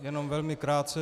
Jenom velmi krátce.